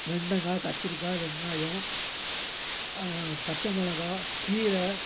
வெண்டைக்கா கத்திரிக்காய் வெங்காயம் பச்சை மிளகா கீரை